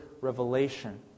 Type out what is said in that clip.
revelation